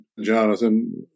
jonathan